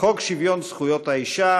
חוק שיווי זכויות האישה,